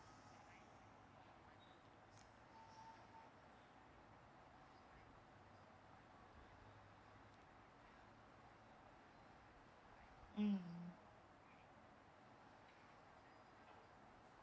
mm